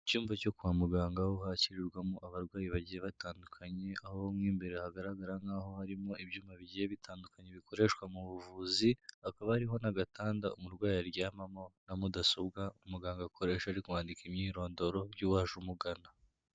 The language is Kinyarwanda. Mu cyumba cyo kwa muganga aho hashyirwamo abarwayi bagiye batandukanye aho mo imbere hagaragara nk'aho harimo ibyuma bigiye bitandukanye bikoreshwa mu buvuzi, hakaba hariho n'agatanda umurwayi aryamamo na mudasobwa umuganga akoresha ari kwandika imyirondoro y'uwaje umugana.